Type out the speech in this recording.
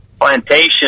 plantation